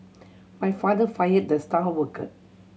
my father fired the star worker